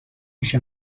پیش